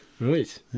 Right